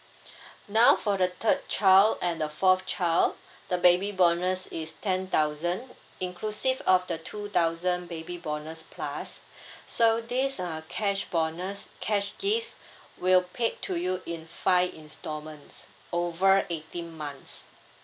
now for the third child and the fourth child the baby bonus is ten thousand inclusive of the two thousand baby bonus plus so this uh cash bonus cash gift will paid to you in five instalments over eighteen months